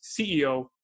CEO